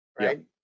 right